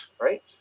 Right